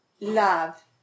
Love